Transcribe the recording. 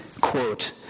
Quote